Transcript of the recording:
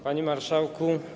Panie Marszałku!